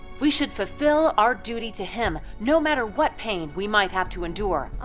we should fulfill our duty to him, no matter what pain we might have to endure.